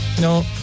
No